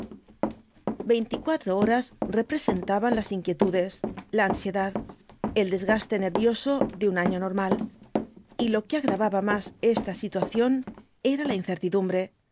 veinticuatro horas representaban las inquietudes la ansiedad el desgaste nervioso de un año normal y lo que agravaba más esta situación era la incertidumbre